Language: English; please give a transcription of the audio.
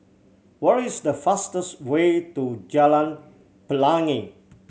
what is the fastest way to Jalan Pelangi